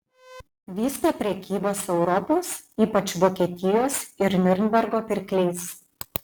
vystė prekybą su europos ypač vokietijos ir niurnbergo pirkliais